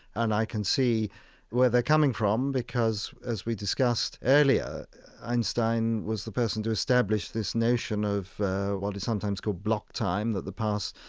and i can see where they're coming from because, as we discussed earlier, einstein was the person to establish this notion of what is sometimes called block time, that the past,